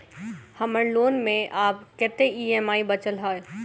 हम्मर लोन मे आब कैत ई.एम.आई बचल ह?